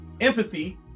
empathy